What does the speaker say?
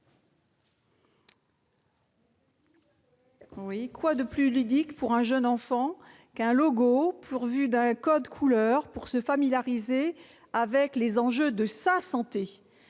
! Quoi de plus ludique pour un jeune enfant qu'un logo doté d'un code couleurs pour se familiariser avec les enjeux de sa santé ?